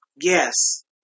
Yes